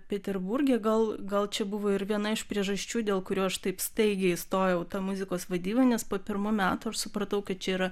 peterburge gal gal čia buvo ir viena iš priežasčių dėl kurių aš taip staigiai stojau tą muzikos vadybą nes po pirmų metų aš supratau kad čia yra